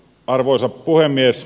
arvoisa puhemies